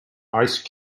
ice